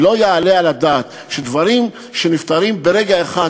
לא יעלה על הדעת שדברים שנפתרים ברגע אחד,